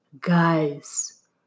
Guys